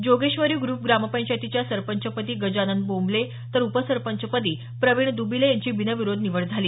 Jogeshwari group ग्रामपंचायतीच्या सरपंच पदी गजानन बोंबले तर उपसरपंच पदी प्रवीण दबिले यांची बिनविरोध निवड झाली